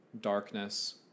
darkness